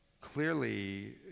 clearly